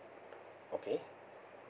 okay